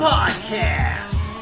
Podcast